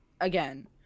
again